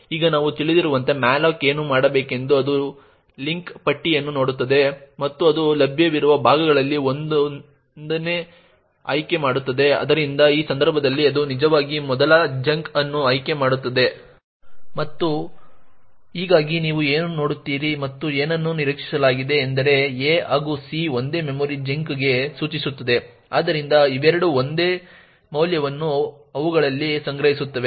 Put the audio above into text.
ಈಗ ನಾವು ತಿಳಿದಿರುವಂತೆ malloc ಏನು ಮಾಡಬೇಕೆಂದು ಅದು ಲಿಂಕ್ ಪಟ್ಟಿಯನ್ನು ನೋಡುತ್ತದೆ ಮತ್ತು ಅದು ಲಭ್ಯವಿರುವ ಭಾಗಗಳಲ್ಲಿ ಒಂದನ್ನು ಆಯ್ಕೆ ಮಾಡುತ್ತದೆ ಆದ್ದರಿಂದ ಈ ಸಂದರ್ಭದಲ್ಲಿ ಅದು ನಿಜವಾಗಿ ಮೊದಲ ಚಂಕ್ ಅನ್ನು ಆಯ್ಕೆ ಮಾಡುತ್ತದೆ ಮತ್ತು ಹೀಗಾಗಿ ನೀವು ಏನು ನೋಡುತ್ತೀರಿ ಮತ್ತು ಏನನ್ನು ನಿರೀಕ್ಷಿಸಲಾಗಿದೆ ಎಂದರೆ a ಹಾಗೂ c ಒಂದೇ ಮೆಮೊರಿ ಚಂಕ್ಗೆ ಸೂಚಿಸುತ್ತವೆ ಆದ್ದರಿಂದ ಇವೆರಡೂ ಒಂದೇ ಮೌಲ್ಯವನ್ನು ಅವುಗಳಲ್ಲಿ ಸಂಗ್ರಹಿಸುತ್ತವೆ